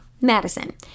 Madison